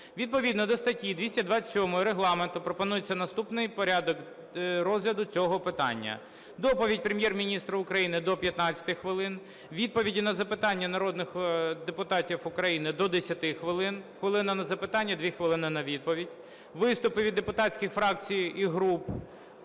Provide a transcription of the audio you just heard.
Відповідно до статті 227 Регламенту пропонується наступний порядок розгляду цього питання: доповідь Прем'єр-міністра України – до 15 хвилин; відповіді на запитання народних депутатів України – до 10 хвилин: хвилина – на запитання, 2 хвилини – на відповідь; виступи від депутатських фракцій і груп